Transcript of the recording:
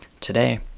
Today